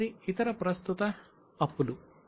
మూడవది ఇతర ప్రస్తుత అప్పులు